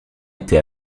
était